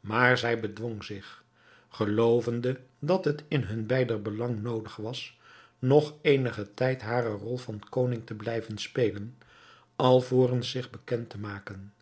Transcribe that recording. maar zij bedwong zich geloovende dat het in hun beider belang noodig was nog eenigen tijd haren rol van koning te blijven spelen alvorens zich bekend te maken